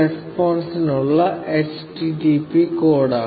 response നുള്ള http കോഡാണ്